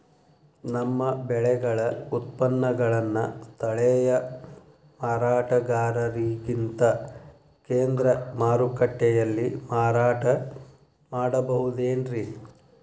ನಮ್ಮ ಬೆಳೆಗಳ ಉತ್ಪನ್ನಗಳನ್ನ ಸ್ಥಳೇಯ ಮಾರಾಟಗಾರರಿಗಿಂತ ಕೇಂದ್ರ ಮಾರುಕಟ್ಟೆಯಲ್ಲಿ ಮಾರಾಟ ಮಾಡಬಹುದೇನ್ರಿ?